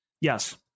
Yes